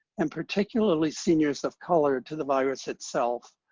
and particularly seniors of color, to the virus itself.